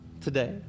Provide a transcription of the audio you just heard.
today